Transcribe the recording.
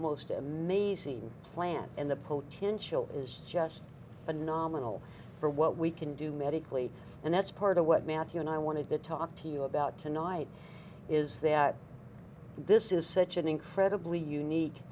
most amazing plant and the potential is just phenomenal for what we can do medically and that's part of what matthew and i wanted to talk to you about tonight is that this is such an incredibly unique